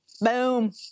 Boom